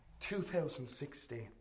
2016